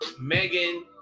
Megan